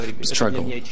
struggle